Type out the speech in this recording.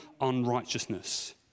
unrighteousness